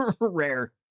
rare